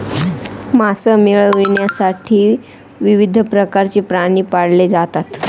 मांस मिळविण्यासाठी विविध प्रकारचे प्राणी पाळले जातात